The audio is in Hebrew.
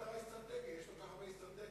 אף-על-פי שאנחנו לא כל כך הבנו את זה,